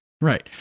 Right